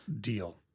deal